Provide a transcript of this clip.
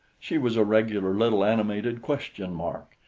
she was a regular little animated question-mark.